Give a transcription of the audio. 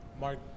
Mark